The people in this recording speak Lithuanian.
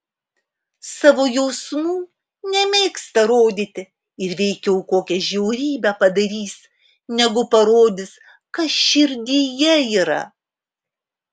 savo jausmų nemėgsta rodyti ir veikiau kokią žiaurybę padarys negu parodys kas širdyje yra